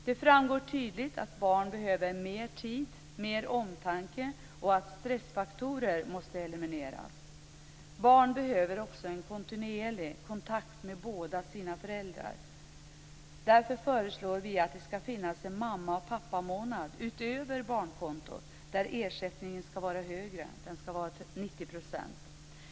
Det framgår tydligt att barn behöver mer tid, mer omtanke och att stressfaktorer måste elimineras. Barn behöver också en kontinuerlig kontakt med båda sina föräldrar. Vi föreslår därför att det skall finnas en mammaoch pappamånad utöver barnkontot där ersättningen skall vara 90 %.